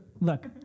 look